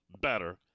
better